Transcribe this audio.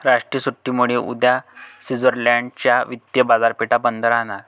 राष्ट्रीय सुट्टीमुळे उद्या स्वित्झर्लंड च्या वित्तीय बाजारपेठा बंद राहणार